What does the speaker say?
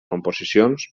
composicions